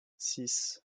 six